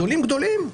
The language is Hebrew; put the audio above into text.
גדולים-גדולים,